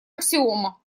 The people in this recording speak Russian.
аксиома